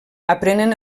aprenen